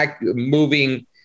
moving